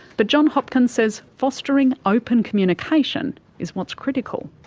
but john hopkins says fostering open communication is what's critical.